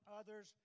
others